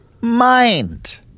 mind